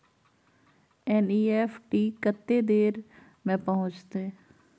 NEFT कत्ते देर में पहुंचतै?